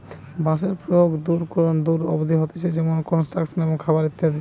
বাঁশের প্রয়োগ দূর দূর অব্দি হতিছে যেমনি কনস্ট্রাকশন এ, খাবার এ ইত্যাদি